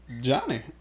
Johnny